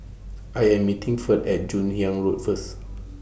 I Am meeting Ferd At Joon Hiang Road First